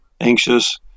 anxious